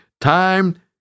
Time